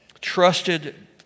trusted